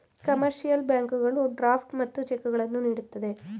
commercial ಬ್ಯಾಂಕುಗಳು draft ಮತ್ತು ಚೆಕ್ಕುಗಳನ್ನು ನೀಡುತ್ತದೆ